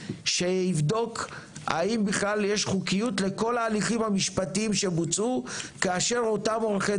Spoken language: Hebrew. שיבדוק האם בכלל יש חוקיות לכל ההליכים המשפטיים שבוצעו כאשר אותם עורכי